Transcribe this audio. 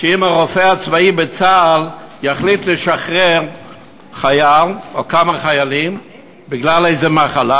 שאם הרופא הצבאי בצה"ל יחליט לשחרר חייל או כמה חיילים בגלל איזו מחלה,